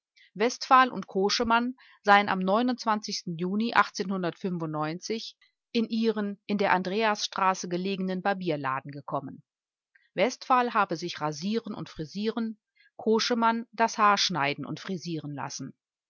westphal und koschemann seien am juni in ihren in der andreasstraße belegenen barbierladen gekommen westphal habe sich rasieren und frisieren koschemann das haar schneiden und frisieren lassen